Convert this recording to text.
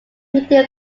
meeting